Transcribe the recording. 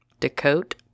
Decote